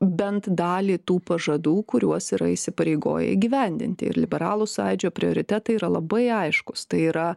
bent dalį tų pažadų kuriuos yra įsipareigoję įgyvendinti ir liberalų sąjūdžio prioritetai yra labai aiškūs tai yra